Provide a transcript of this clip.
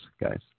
guys